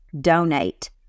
donate